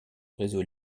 réseau